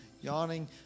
yawning